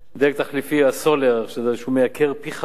דלק תחליפי, הסולר, שמייקר את הדלקים פי-חמישה,